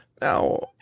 Now